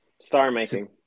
Star-making